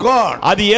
God